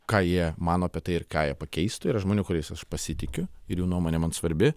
ką jie mano apie tai ir ką jie pakeistų yra žmonių kuriais aš pasitikiu ir jų nuomonė man svarbi